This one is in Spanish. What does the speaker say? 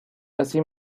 así